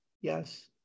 Yes